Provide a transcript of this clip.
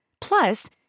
Plus